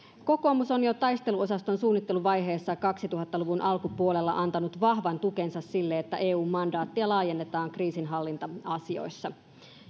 kokoomus on jo taisteluosaston suunnitteluvaiheessa kaksituhatta luvun alkupuolella antanut vahvan tukensa sille että eun mandaattia laajennetaan kriisinhallinta asioissa